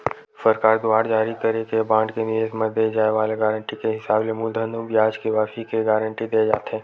सरकार दुवार जारी करे के बांड के निवेस म दे जाय वाले गारंटी के हिसाब ले मूलधन अउ बियाज के वापसी के गांरटी देय जाथे